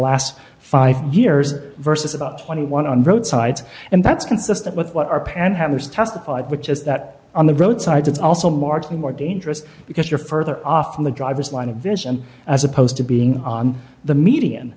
last five years versus about twenty one on road sides and that's consistent with what our panhandlers testified which is that on the road side it's also markedly more dangerous because you're further off from the driver's line of vision as opposed to being on the median